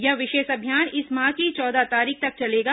यह विशेष अभियान इस माह की चौदह तारीख तक चलेगा